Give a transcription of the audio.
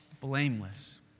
blameless